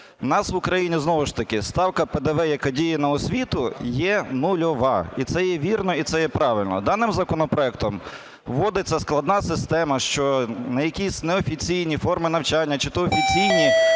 нас в Україні знову ж таки ставка ПДВ, яка діє на освіту, є нульова. І це є вірно, і це є правильно. Даним законопроектом вводиться складна система, що на якісь неофіційні форми навчання чи то офіційні